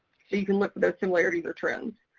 so you can look for those similarities or trends.